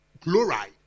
chloride